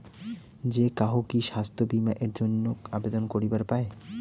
যে কাহো কি স্বাস্থ্য বীমা এর জইন্যে আবেদন করিবার পায়?